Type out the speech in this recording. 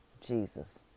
Jesus